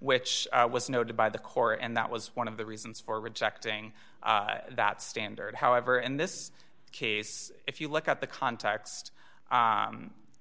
which was noted by the corps and that was one of the reasons for rejecting that standard however in this case if you look at the context